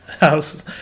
house